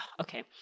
Okay